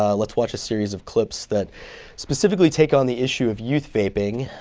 ah let's watch a series of clips that specifically take on the issue of youth vaping.